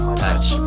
touch